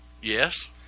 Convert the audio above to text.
Yes